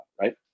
right